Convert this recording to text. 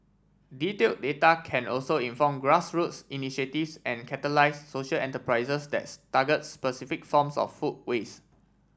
detail data can also inform grassroots initiatives and catalyse social enterprises that's target specific forms of food waste